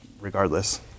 regardless